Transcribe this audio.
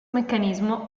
meccanismo